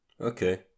Okay